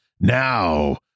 Now